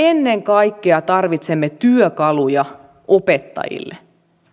ennen kaikkea tarvitsemme työkaluja opettajille